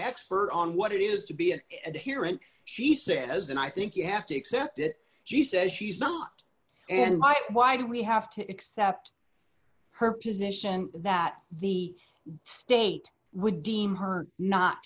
expert on what it is to be an adherent she says and i think you have to accept it she says she's not and why why do we have to accept her position that the state would deem her not